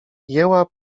jęła